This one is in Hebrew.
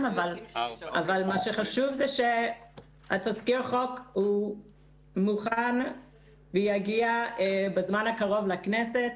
אבל מה שחשוב זה שתזכיר החוק מוכן ויגיע בזמן הקרוב לכנסת.